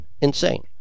insane